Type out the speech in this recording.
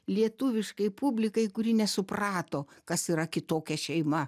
lietuviškai publikai kuri nesuprato kas yra kitokia šeima